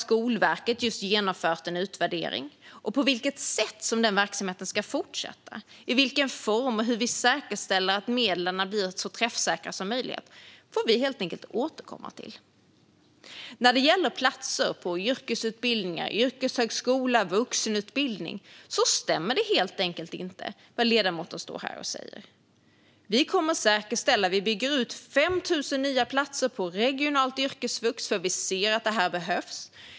Skolverket har just genomfört en utvärdering av på vilket sätt den verksamheten ska fortsätta. Vilken form den ska ha och hur man säkerställer att medlen blir så träffsäkra som möjligt får vi helt enkelt återkomma till. När det gäller platser på yrkesutbildningar, yrkeshögskolor och vuxenutbildning stämmer det inte vad ledamoten står här och säger. Vi bygger ut med 5 000 nya platser på regionalt yrkesvux eftersom vi ser att det behövs.